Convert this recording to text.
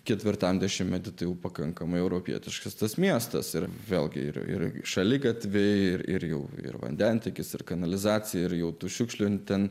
ketvirtam dešimtmetyje tai pakankamai europietiškas tas miestas ir vėlgi ir ir šaligatviai ir ir jau ir vandentiekis ir kanalizacija ir jau tų šiukšlių ten